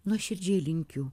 nuoširdžiai linkiu